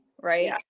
right